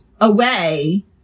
away